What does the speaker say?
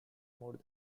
more